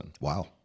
Wow